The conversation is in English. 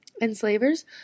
Enslavers